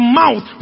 mouth